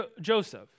Joseph